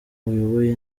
uyoboye